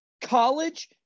College